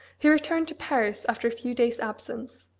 he returned to paris after a few days' absence.